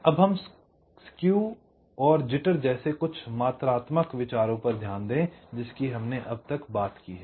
अब हम स्केव और जिटर जैसे कुछ मात्रात्मक विचारों पर ध्यान दें जिसकी हमने अब तक बात की है